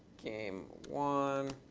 game won,